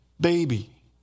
baby